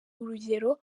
urugero